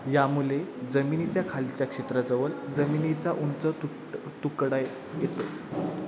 यामुळे जमिनीच्या खालच्या क्षेत्राजवळ जमिनीचा उंच तुट तुकडा येतो